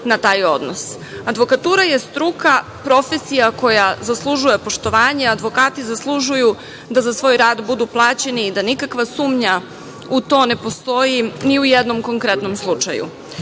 na taj odnos. Advokatura je struka, profesija koja zaslužuje poštovanje. Advokati zaslužuju da za svoj rad budu plaćeni i da nikakva sumnja u to ne postoji ni u jednom konkretnom slučaju. Juče